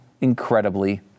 incredibly